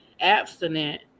abstinent